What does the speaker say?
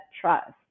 trust